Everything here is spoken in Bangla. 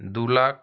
দু লাখ